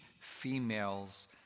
females